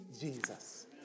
Jesus